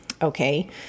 Okay